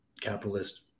capitalist